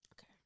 Okay